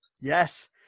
Yes